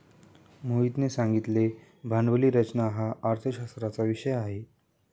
मोहितने सांगितले भांडवली रचना हा अर्थशास्त्राचा विषय आहे